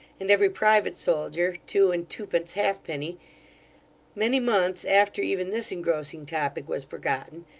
and every private soldier two and twopence halfpenny many months after even this engrossing topic was forgotten,